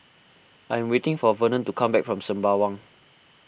I'm waiting for Vernon to come back from Sembawang